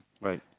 Right